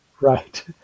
Right